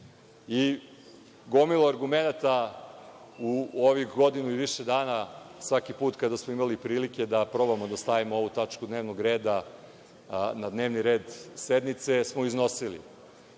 10%.Gomilu argumenata u ovih godinu i više dana svaki put kada smo imali prilike da probamo da stavimo ovu tačku dnevnog reda na dnevni red sednice smo iznosili.